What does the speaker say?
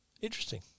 Interesting